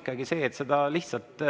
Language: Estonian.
ikkagi see, et seda lihtsalt